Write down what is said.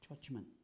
judgment